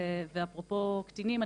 ואפרופו קטינים,